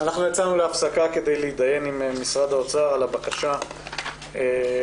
יצאנו להפסקה כדי להתדיין עם משרד האוצר על הבקשה התקציבית